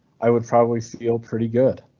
i would probably feel pretty good.